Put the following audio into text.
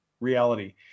reality